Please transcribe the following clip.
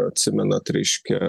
atsimenat reiškia